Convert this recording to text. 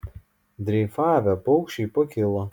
dreifavę paukščiai pakilo